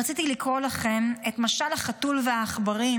רציתי לקרוא לכם את משל החתול והעכברים,